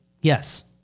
Yes